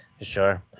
Sure